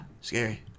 scary